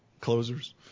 Closers